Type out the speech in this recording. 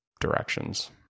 directions